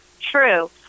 true